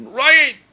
right